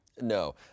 No